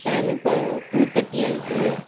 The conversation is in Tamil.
டைம் இப்போ டூ தேர்ட்டி ஆகிட்டு